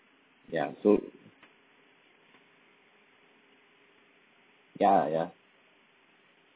ya so ya ya